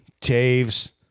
Taves